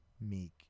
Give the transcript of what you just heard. meek